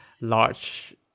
large